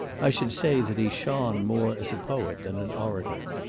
i should say that he shone more as a poet than an orator.